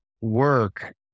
work